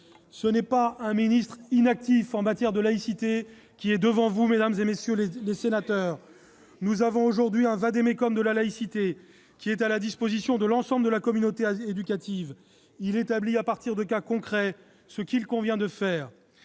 Ce n'est pas un ministre inactif en matière de laïcité qui est devant vous, mesdames, messieurs les sénateurs. Si ! Nous avons établi un vade-mecum de la laïcité qui est à la disposition de l'ensemble de la communauté éducative. Il établit à partir de cas concrets ce qu'il convient de faire.